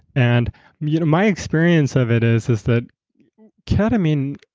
and you know my experience of it is is that ketamine,